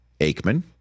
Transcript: Aikman